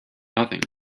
nothing